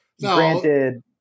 granted